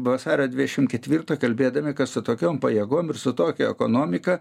vasario dviešim ketvirtą kalbėdami kad su tokiom pajėgom ir su tokia ekonomika